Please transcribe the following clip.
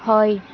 হয়